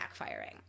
backfiring